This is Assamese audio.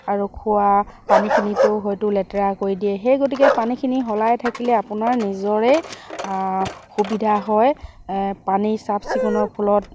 আৰু খোৱা পানীখিনিটো হয়তো লেতেৰা কৰি দিয়ে সেই গতিকে পানীখিনি সলাই থাকিলে আপোনাৰ নিজৰেই সুবিধা হয় পানী চাফ চিকুণৰ ফলত